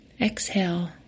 Exhale